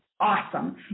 awesome